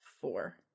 four